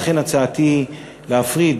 לכן הצעתי, להפריד